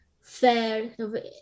fair